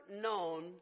known